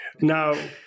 Now